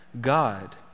God